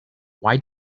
why